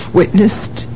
witnessed